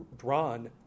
drawn